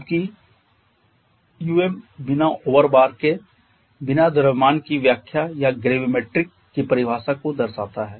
जबकि um बिना overbar के बीना द्रव्यमान की व्याख्या या ग्रेविमेट्रिक की परिभाषा को दर्शाता है